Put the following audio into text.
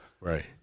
Right